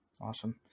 Awesome